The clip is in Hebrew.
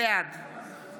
בעד